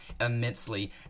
immensely